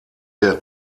der